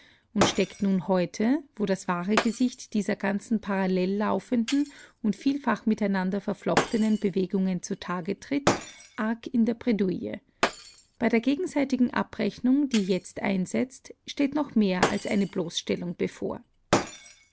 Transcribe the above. und steckt nun heute wo das wahre gesicht dieser ganzen parallel laufenden und vielfach miteinander verflochtenen bewegungen zutage tritt arg in der bredouille bei der gegenseitigen abrechnung die jetzt einsetzt steht noch mehr als eine bloßstellung bevor